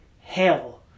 hell